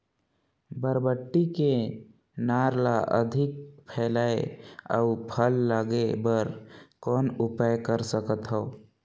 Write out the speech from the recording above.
बरबट्टी के नार ल अधिक फैलाय अउ फल लागे बर कौन उपाय कर सकथव?